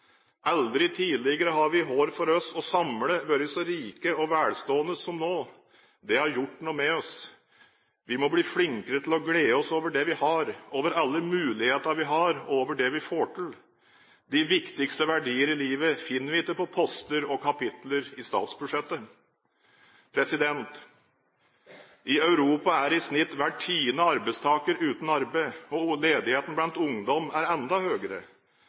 Aldri tidligere har vi hver for oss, og samlet, vært så rike og velstående som nå. Dette har gjort noe med oss. Vi må bli flinkere til å glede oss over det vi har, over alle mulighetene vi har, og over det vi får til. De viktigste verdier i livet finner vi ikke på poster og kapitler i statsbudsjettet. I Europa er i snitt hver tiende arbeidstaker uten arbeid, og ledigheten blant ungdom er enda